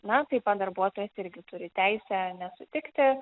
na taip pat darbuotojas irgi turi teisę nesutikti